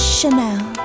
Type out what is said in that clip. Chanel